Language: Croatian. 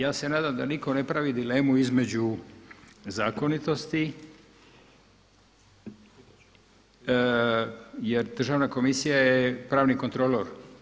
Ja se nadam da nitko ne pravi dilemu između zakonitosti jer državna komisija je pravni kontrolor.